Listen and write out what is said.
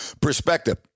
perspective